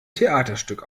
theaterstück